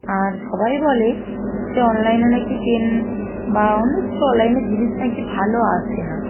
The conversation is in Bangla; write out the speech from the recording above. আর সবাই বলে যে অনলাইনে না কি পেন বা অন্য কিছু অনলাইনের জিনিস না কি ভালো আসে না